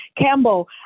Campbell